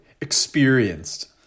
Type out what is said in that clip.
Experienced